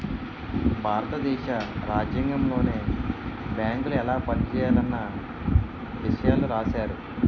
భారత దేశ రాజ్యాంగంలోనే బేంకులు ఎలా పనిజేయాలన్న ఇసయాలు రాశారు